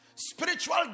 Spiritual